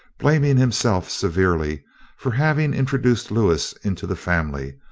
blaming himself severely for having introduced lewis into the family,